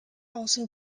also